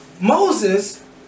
Moses